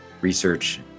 research